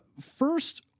first